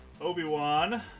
Obi-Wan